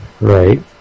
Right